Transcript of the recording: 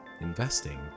Investing